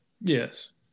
Yes